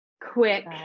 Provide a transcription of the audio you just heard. quick